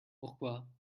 pourquoi